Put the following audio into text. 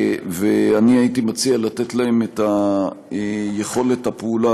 ואני הייתי מציע לתת להם את יכולת הפעולה